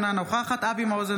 אינה נוכחת אבי מעוז,